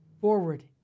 forward